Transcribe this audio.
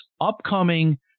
upcoming